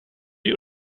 you